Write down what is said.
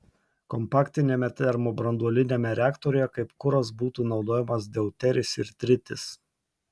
kompaktiniame termobranduoliniame reaktoriuje kaip kuras būtų naudojamas deuteris ir tritis